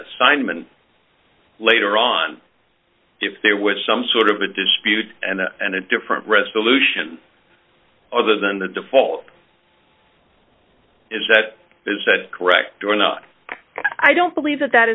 assignment later on if there was some sort of a dispute and and a different resolution other than the default is that is that correct or not i don't believe that that